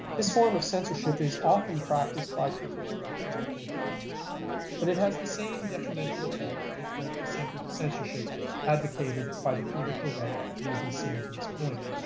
this form of censorship is often practiced by people on the political left but it has the same detrimental effect as does the separate censorship advocated by the political right that we have been seeing to this point.